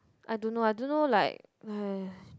I don't know I don't know like !haiya!